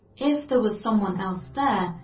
if there was someone else there,